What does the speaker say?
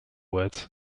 words